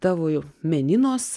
tavo meninos